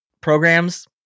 programs